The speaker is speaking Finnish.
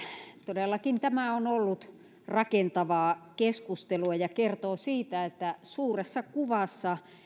todellakin tämä on ollut rakentavaa keskustelua ja kertoo siitä että suuressa kuvassa